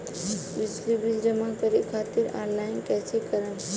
बिजली बिल जमा करे खातिर आनलाइन कइसे करम?